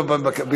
לא, לא.